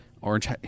Orange